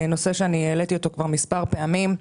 נושא שאני העליתי כבר מספר פעמים,